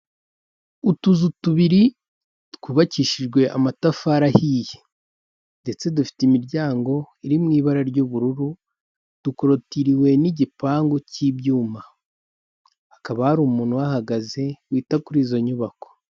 Utuzu tubiri twubakishijwe amatafari ahiye ndetse dufite imiryango iri mu ibara ry'ubururu, dukorotiriwe n'igipangu cy'ibyuma, hakaba hari umuntu uhahagaze wita kuri izo nyubako.